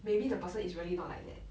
maybe the person is really not like that